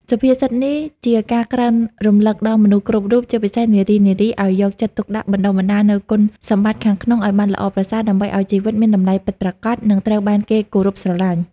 សុភាសិតនេះជាការក្រើនរំលឹកដល់មនុស្សគ្រប់រូប ជាពិសេសនារីៗ ឱ្យយកចិត្តទុកដាក់បណ្តុះបណ្តាលនូវគុណសម្បត្តិខាងក្នុងឱ្យបានល្អប្រសើរ ដើម្បីឱ្យជីវិតមានតម្លៃពិតប្រាកដ និងត្រូវបានគេគោរពស្រលាញ់។